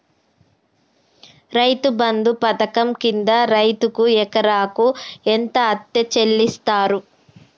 రైతు బంధు పథకం కింద రైతుకు ఎకరాకు ఎంత అత్తే చెల్లిస్తరు?